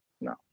No